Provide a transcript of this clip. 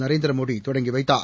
நரேந்திர மோடி தொடங்கி வைத்தார்